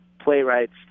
playwrights